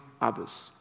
others